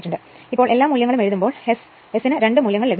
ഇപ്പോൾ നമ്മൾ എല്ലാ അളവുകളും എഴുതുമ്പോൾ S ഇന് രണ്ടു മൂല്യങ്ങൾ ലഭിക്കും